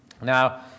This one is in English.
Now